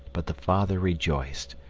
but the father rejoiced,